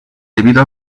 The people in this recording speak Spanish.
debido